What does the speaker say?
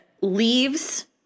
leaves